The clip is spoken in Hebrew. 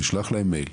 לשלוח להם מייל,